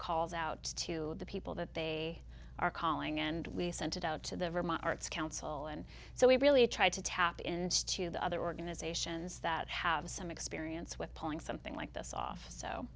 calls out to the people that they are calling and we sent it out to the vermont arts council and so we really tried to tap in to the other organizations that have some experience with pulling something like this off so